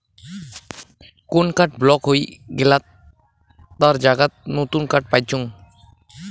কোন card block হই গেলাত তার জায়গাত নতুন কার্ড পাইচুঙ